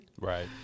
Right